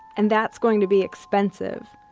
and that's going to be expensive.